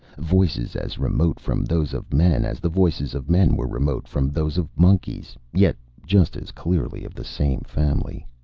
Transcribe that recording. voices as remote from those of men as the voices of men were remote from those of monkeys, yet just as clearly of the same family.